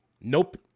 Nope